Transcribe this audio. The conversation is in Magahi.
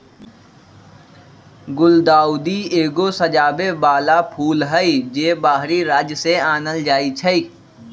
गुलदाऊदी एगो सजाबे बला फूल हई, जे बाहरी राज्य से आनल जाइ छै